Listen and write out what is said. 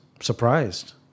Surprised